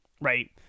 right